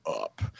up